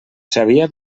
sabia